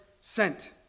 sent